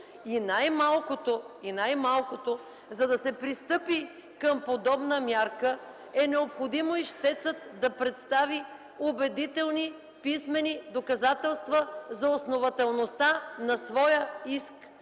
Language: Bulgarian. И най-малкото, за да се пристъпи към подобна мярка, е необходимо ищецът да представи убедителни писмени доказателства за основателността на своя иск,